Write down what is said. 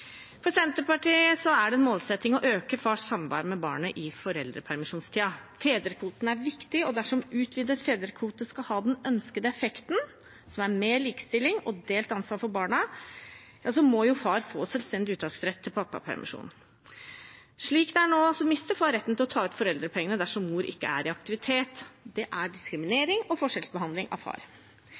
For Senterpartiet er det en målsetting å øke fars samvær med barnet i foreldrepermisjonstiden. Fedrekvoten er viktig, og dersom utvidet fedrekvote skal ha den ønskede effekten, som er mer likestilling og delt ansvar for barna, må far få selvstendig uttaksrett til pappapermisjon. Slik det er nå, mister far retten til å ta ut foreldrepenger dersom mor ikke er i aktivitet. Det er diskriminering og forskjellsbehandling av far.